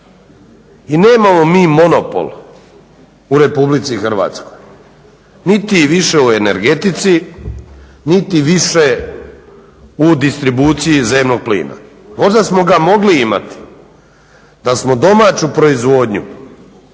I nemamo mi monopol u RH niti više u energetici, niti više u distribuciji zemnog plina. Možda smo ga mogli imat da smo domaću proizvodnju